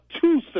two